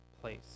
place